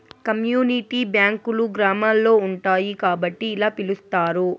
community బ్యాంకులు గ్రామాల్లో ఉంటాయి కాబట్టి ఇలా పిలుత్తారు